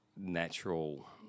natural